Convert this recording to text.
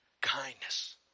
Kindness